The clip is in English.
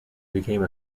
became